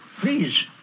Please